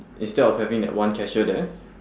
instead of having that one cashier there